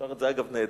שר את זה, אגב נהדר,